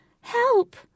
Help